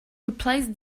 replace